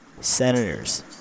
Senators